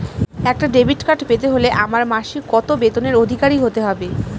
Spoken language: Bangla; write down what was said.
একটা ডেবিট কার্ড পেতে হলে আমার মাসিক কত বেতনের অধিকারি হতে হবে?